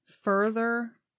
Further